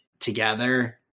Together